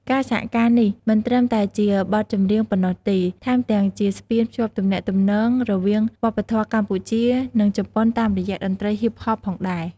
ការសហការនេះមិនត្រឹមតែជាបទចម្រៀងប៉ុណ្ណោះទេ ថែមទាំងជាស្ពានភ្ជាប់ទំនាក់ទំនងរវាងវប្បធម៌កម្ពុជា និងជប៉ុនតាមរយៈតន្ត្រីហ៊ីបហបផងដែរ។